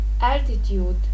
altitude